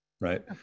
right